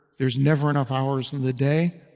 there's never enough hours in the day,